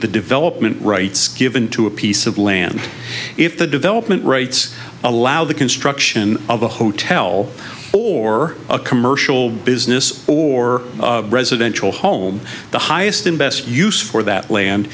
the development rights given to a piece of land if the development rights allow the construction of a hotel or a commercial business or residential home the highest and best use for that land